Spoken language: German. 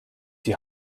die